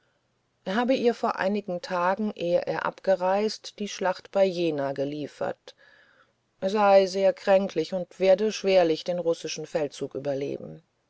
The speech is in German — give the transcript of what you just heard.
habe ihr vor einigen tagen ehe er abgereist die schlacht bei jena geliefert er sei sehr kränklich und werde schwerlich den russischen feldzug überleben